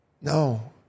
No